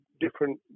different